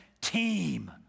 team